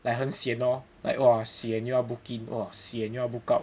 like 很 sian lor like !wah! sian 又要 book in !wah! sian 又要 book out